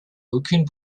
aucune